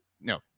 no